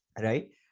right